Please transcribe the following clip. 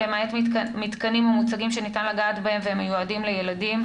למעט מתקנים ומוצגים שניתן לגעת בהם ומיועדים לילדים,